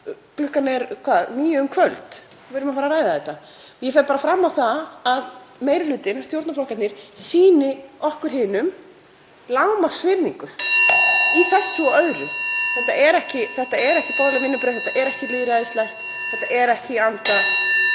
klukkan er 9 að kvöldi og við erum að fara að ræða þetta. Ég fer fram á að meiri hlutinn, stjórnarflokkarnir, sýni okkur hinum lágmarksvirðingu í þessu og öðru. Þetta eru ekki boðleg vinnubrögð. Þetta er ekki lýðræðislegt. Þetta er ekki í anda